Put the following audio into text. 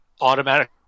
Automatic